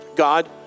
God